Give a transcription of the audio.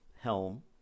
helm